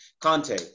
Conte